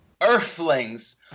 Earthlings